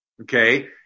okay